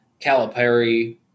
Calipari